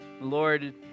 Lord